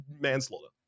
manslaughter